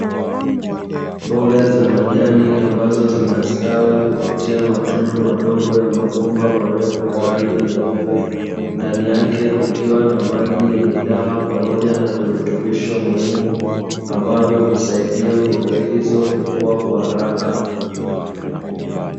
Mboga za majani ambazo zinastawi kupitia matundu madogo ya mabomba marefu ya rangi nyeupe, ndani yake kukiwa na maji yenye dawa pamoja na virutubisho muhimu, ambavyo husaidia mboga hizo kukua kwa haraka.